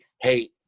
hey